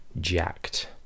jacked